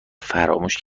فراموش